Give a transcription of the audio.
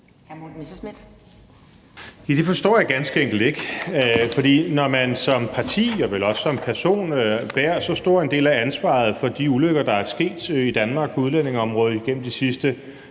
Det forstår jeg ganske enkelt ikke. For når man som parti, og vel også som person, bærer så stor en del af ansvaret for de ulykker, der er sket i Danmark på udlændingeområdet i – ja,